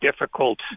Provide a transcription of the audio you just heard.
difficult